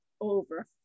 over